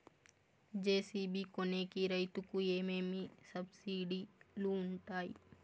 JCB కొనేకి రైతుకు ఏమేమి సబ్సిడి లు వుంటాయి?